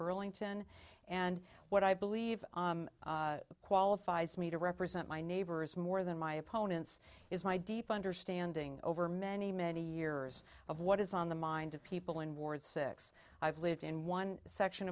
burlington and what i believe qualifies me to represent my neighbors more than my opponents is my deep understanding over many many years of what is on the minds of people in wars six i've lived in one section